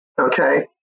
okay